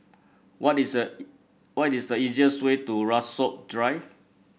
what is a what is the easiest way to Rasok Drive